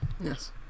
Yes